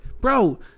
Bro